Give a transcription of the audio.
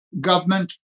government